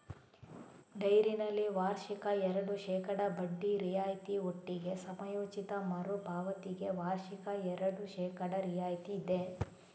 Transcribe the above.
ಡೈರಿನಲ್ಲಿ ವಾರ್ಷಿಕ ಎರಡು ಶೇಕಡಾ ಬಡ್ಡಿ ರಿಯಾಯಿತಿ ಒಟ್ಟಿಗೆ ಸಮಯೋಚಿತ ಮರು ಪಾವತಿಗೆ ವಾರ್ಷಿಕ ಎರಡು ಶೇಕಡಾ ರಿಯಾಯಿತಿ ಇದೆ